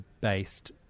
based